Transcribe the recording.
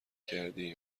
کردی